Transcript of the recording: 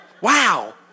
wow